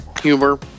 humor